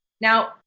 now